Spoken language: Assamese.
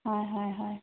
হয় হয় হয়